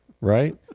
Right